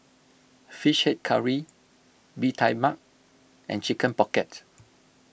Fish Head Curry Bee Tai Mak and Chicken Pocket